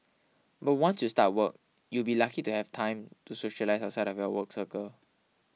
but once you start work you'll be lucky to have time to socialise outside of your work circle